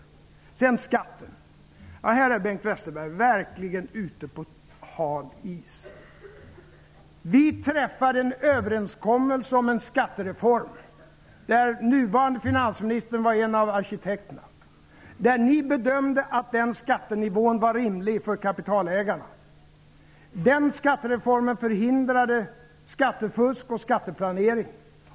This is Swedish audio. Sedan över till skatterna. Här är Bengt Westerberg verkligen ute på hal is. Vi träffade en överenskommelse om en skattereform, där den nuvarande finansministern var en av arkitekterna. Ni bedömde att den överenskomna skattenivån för kapitalägarna var rimlig. Den skattereformen förhindrade skattefusk och skatteplanering.